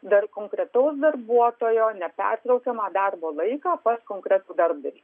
dar konkretaus darbuotojo nepertraukiamą darbo laiką pas konkretų darbdavį